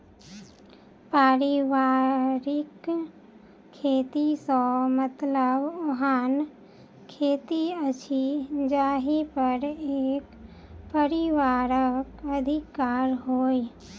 पारिवारिक खेत सॅ मतलब ओहन खेत अछि जाहि पर एक परिवारक अधिकार होय